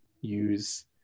use